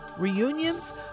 reunions